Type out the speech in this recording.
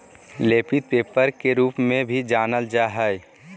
लेपित पेपर के रूप में भी जानल जा हइ